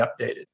updated